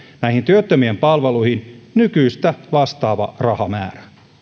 näihin työttömien palveluihin nykyistä vastaava rahamäärä